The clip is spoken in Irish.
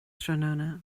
tráthnóna